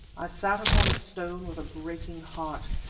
i sat upon a stone with a breaking heart.